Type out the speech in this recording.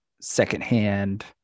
secondhand